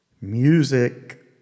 music